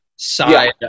side